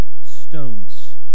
stones